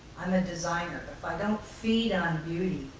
i'm a designer. if i don't feed on beauty,